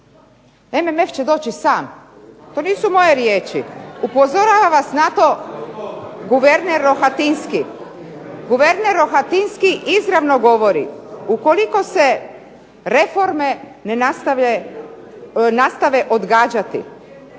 MMF će doći sam. To nisu moje riječi. Upozorava vas na to guverner Rohatinski. Guverner Rohatinski izravno govori, ukoliko se reforme ne nastave odgađati